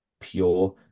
pure